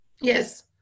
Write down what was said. Yes